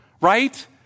right